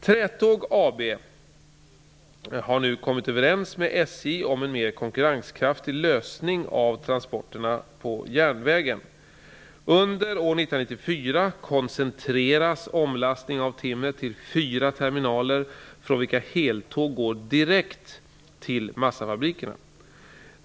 Trätåg AB har nu kommit överens med SJ om en mer konkurrenskraftig lösning av transporterna på järnvägen. Under år 1994 koncentreras omlastning av timret till fyra terminaler från vilka heltåg går direkt till massafabrikerna.